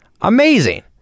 amazing